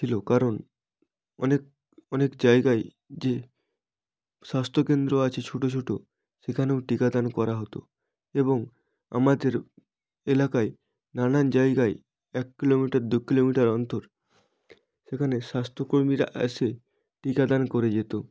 ছিলো কারণ অনেক অনেক জায়গায় যে স্বাস্থ্যকেন্দ্র আছে ছোটো ছোটো সেখানেও টিকাদান করা হতো এবং আমাদের এলাকায় নানান জায়গায় এক কিলোমিটার দু কিলোমিটার অন্তর সেখানে স্বাস্থ্যকর্মীরা অ্যাসে টিকাদান করে যেতো